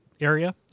area